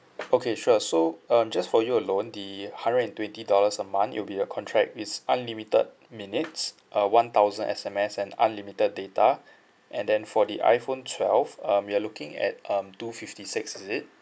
okay sure so um just for you alone the hundred and twenty dollars a month it'll be a contract it's unlimited minutes uh one thousand S_M_S and unlimited data and then for the iphone twelve um you're looking at um two fifty six is it